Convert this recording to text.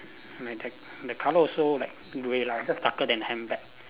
like dark the colour also like grey lah just darker than handbag